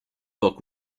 book